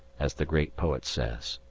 as the great poet says.